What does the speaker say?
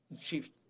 Chief